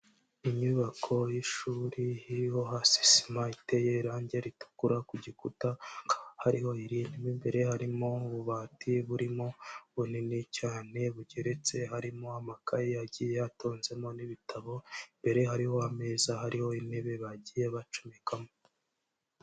Inyubako y'ishuri iriho hasi sima iteye irangi ritukura, ku gikuta hariho irindi. Mo imbere harimo ububati burimo bunini cyane bugeretse, harimo amakaye agiye atonzemo n'ibitabo, imbere hariho ameza, hariho intebe bagiye bacomekamo.